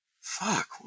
Fuck